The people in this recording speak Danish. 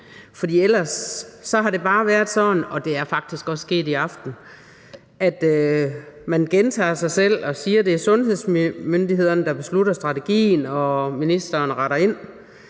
For ellers har det bare været sådan – og det er faktisk også sket i aften – at man gentager sig selv og siger, at det er sundhedsmyndighederne, der beslutter strategien, og at ministeren retter ind.